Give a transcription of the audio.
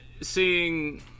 seeing